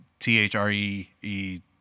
T-H-R-E-E